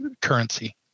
currency